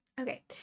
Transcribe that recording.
okay